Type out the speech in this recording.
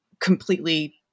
completely